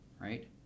right